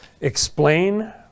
explain